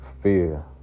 fear